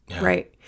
Right